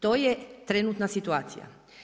To je trenutna situacija.